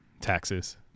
Taxes